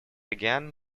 again